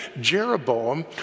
Jeroboam